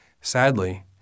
Sadly